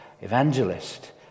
evangelist